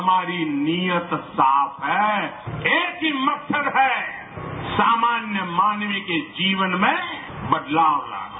हमारी नियत साफ है एक ही मकसद है सामान्य मानवीय के जीवन में बदलाव लाना